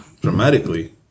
dramatically